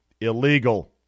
illegal